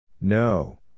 No